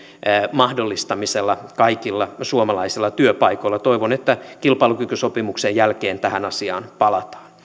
mahdollistamisella kaikilla suomalaisilla työpaikoilla toivon että kilpailukykysopimuksen jälkeen tähän asiaan palataan